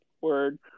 word